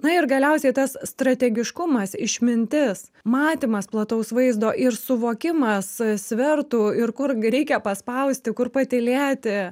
na ir galiausiai tas strategiškumas išmintis matymas plataus vaizdo ir suvokimas svertų ir kur reikia paspausti kur patylėti